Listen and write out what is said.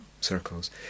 circles